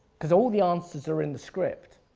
because all the answers are in the script.